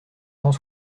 cent